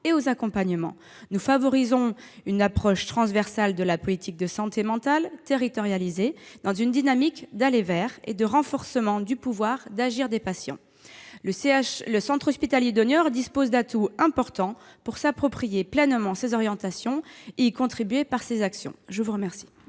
aux accompagnements. Nous favorisons une approche transversale de la politique de santé mentale, territorialisée, dans une dynamique d'« aller vers » et de renforcement du pouvoir d'agir des patients. Le centre hospitaliser de Niort dispose d'atouts importants pour s'approprier pleinement ces orientations et y contribuer par ses actions. La parole